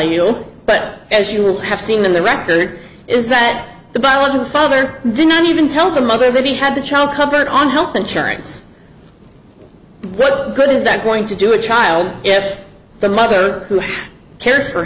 you but as you will have seen in the record is that the battle of the father did not even tell the mother that he had the child covered on health insurance what good is that going to do a child if the mother who cares for